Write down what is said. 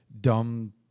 dumb